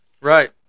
Right